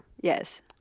Yes